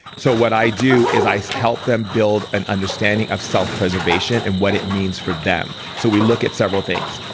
so what i do is i help them build an understanding of self preservation and what it means for them. so we look at several things.